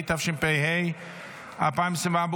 התשפ"ה 2024,